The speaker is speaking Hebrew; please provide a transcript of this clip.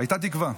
הייתה תקווה,